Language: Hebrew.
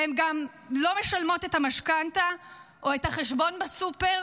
והן גם לא משלמות את המשכנתה או את החשבון בסופר.